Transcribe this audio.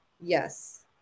yes